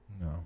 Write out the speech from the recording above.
No